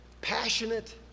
passionate